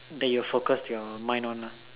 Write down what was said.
that you have focused your mind on ah